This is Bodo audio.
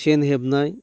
सेन हेबनाय